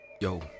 yo